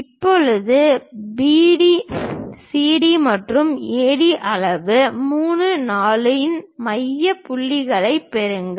இப்போது CD மற்றும் AD அளவு 3 மற்றும் 4 இன் மைய புள்ளிகளைப் பெறுங்கள்